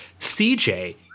CJ